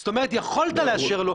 זאת אומרת יכולת לאשר לו.